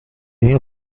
این